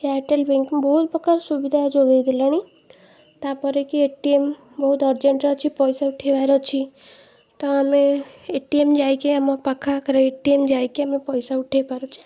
Airtel banking ବହୁତପ୍ରକାର ସୁବିଧା ଯୋଗେଇ ଦେଲାଣି ତା'ପରେ କି ଏ ଟି ଏମ୍ ବହୁତ ଅରଜେଣ୍ଟ୍ ଅଛି ପଇସା ଉଠେଇବାର ଅଛି ତ ଆମେ ଏ ଟି ଏମ୍ ଯାଇକି ଆମ ପାଖଆଖରେ ଏ ଟି ଏମ୍ ଯାଇକି ଆମେ ପଇସା ଉଠେଇ ପାରୁଛେ